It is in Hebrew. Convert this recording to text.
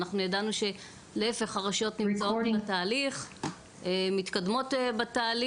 להיפך; הרשויות נמצאות בתהליך ומתקדמות בו.